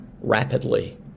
rapidly